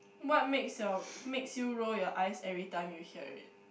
what makes your makes you roll your eyes every time you hear it